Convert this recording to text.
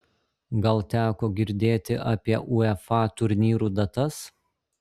gal teko girdėti apie uefa turnyrų datas